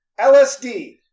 LSD